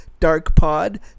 DarkPod